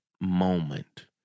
moment